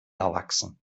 erwachsen